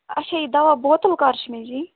اَچھا یہِ دَوا بوتَل کَر چھِ مےٚ چیٚنۍ